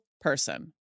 person